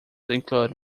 include